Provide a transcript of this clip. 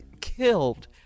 killed